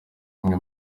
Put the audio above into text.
uyu